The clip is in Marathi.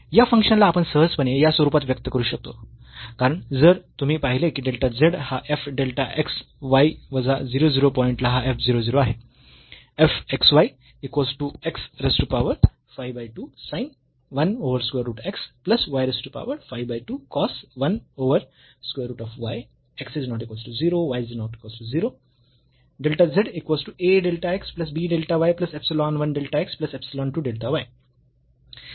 या फंक्शन ला आपण सहजपणे या स्वरूपात व्यक्त करू शकतो कारण जर तुम्ही पाहिले की डेल्टा z हा f delta x delta y वजा 0 0 पॉईंट ला हा f 0 0 आहे